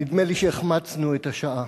נדמה לי שהחמצנו את השעה.